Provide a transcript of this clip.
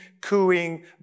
cooing